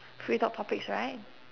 free talk topics right